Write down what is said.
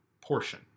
portion